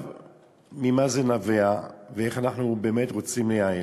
ממה זה נובע ואיך אנחנו באמת רוצים לייעל?